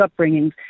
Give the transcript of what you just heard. upbringings